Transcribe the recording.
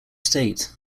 state